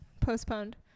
postponed